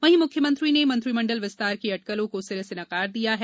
वही मुख्यमंत्री ने मंत्रिमंडल विस्तार की अटकलों को सिरे से नकार दिया है